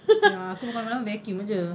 ya aku memang vacuum jer